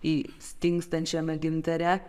įstingstančiame gintare